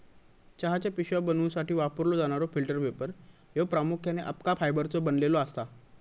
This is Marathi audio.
चहाच्या पिशव्या बनवूसाठी वापरलो जाणारो फिल्टर पेपर ह्यो प्रामुख्याने अबका फायबरचो बनलेलो असता